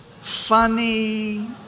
funny